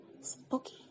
spooky